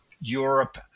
Europe